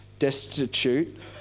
destitute